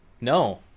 no